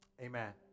Amen